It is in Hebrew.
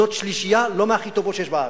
זאת שלישייה לא מהכי טובות שיש בארץ.